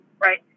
Right